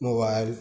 mobile